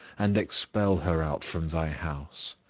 and expel her out from thy house.